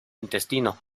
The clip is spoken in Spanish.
intestino